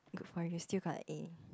but you still got a A